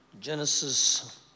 Genesis